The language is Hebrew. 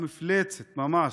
המפלצת ממש,